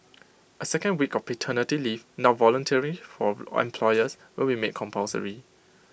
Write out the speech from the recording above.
A second week of paternity leave now voluntary for employers will be made compulsory